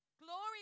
Glory